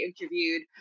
interviewed